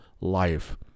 life